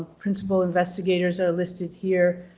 principal investigators are listed here.